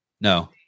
No